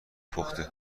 پخته